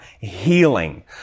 healing